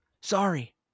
Sorry